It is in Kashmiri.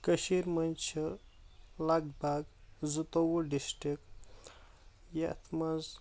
کٔشیرِ منز چھ لگ بگ زِ تۄوُہ ڈِسٹِک یتھ منز